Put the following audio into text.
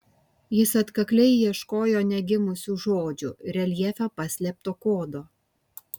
jis atkakliai ieškojo negimusių žodžių reljefe paslėpto kodo